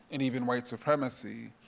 and even white supremacy?